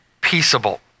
peaceable